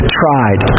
tried